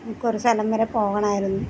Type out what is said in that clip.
എനിക്കൊരു സ്ഥലം വരെ പോവണമായിരുന്നു